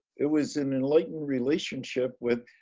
it was an enlightened relationship with.